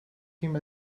him